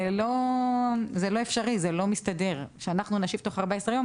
זה לא אפשרי ולא מסתדר שאנחנו נשיב תוך 14 יום,